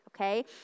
Okay